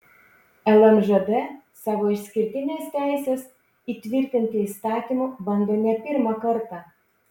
lmžd savo išskirtines teises įtvirtinti įstatymu bando ne pirmą kartą